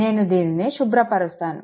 నేను దీనిని శుభ్రపరుస్తాను